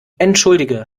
entschuldige